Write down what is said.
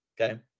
Okay